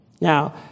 Now